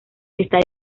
está